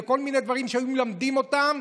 וכל מיני דברים שהיו מלמדים אותם.